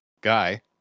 guy